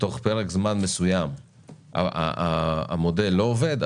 שתוך פרק זמן סוים המודל לא עובד,